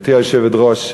גברתי היושבת-ראש,